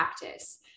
practice